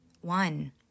One